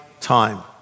time